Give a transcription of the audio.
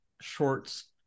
shorts